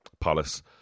Palace